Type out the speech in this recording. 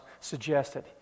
suggested